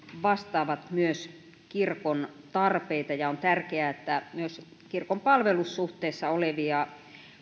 vastaavat myös kirkon tarpeita ja on tärkeää että myös kirkon palvelussuhteessa olevia